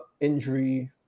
injury